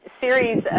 series